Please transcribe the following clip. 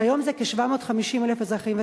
שהיום זה כ-750,000 אזרחים ותיקים.